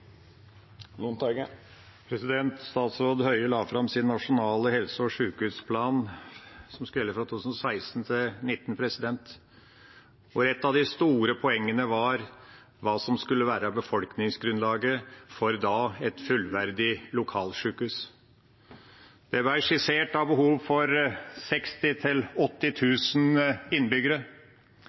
Lundteigen har hatt ordet to gonger tidlegare og får ordet til ein kort merknad, avgrensa til 1 minutt. Statsråd Høie la fram sin nasjonale helse- og sjukehusplan som skal gjelde fra 2016 til 2019, hvor et av de store poengene var hva som skulle være befolkningsgrunnlaget for et fullverdig lokalsjukehus. Det ble skissert behov for 60